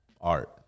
art